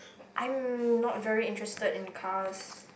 I'm not very interested in cars